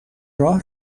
راه